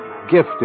gifted